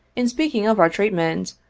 in speaking of our treatment,